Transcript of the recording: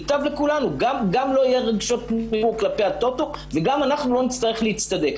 גם לא רגשות כלפי הטוטו וגם אנחנו לא נצטרך להצטדק.